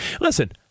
Listen